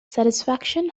satisfaction